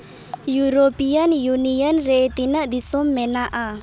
European union ᱨᱮ ᱛᱤᱱᱟᱹᱜ ᱫᱤᱥᱚᱢ ᱢᱮᱱᱟᱜᱼᱟ